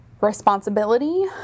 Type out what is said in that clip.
responsibility